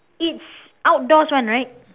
it's outdoors [one] right